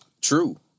True